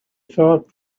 thought